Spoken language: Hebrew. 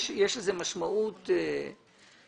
יש לזה משמעות רבה.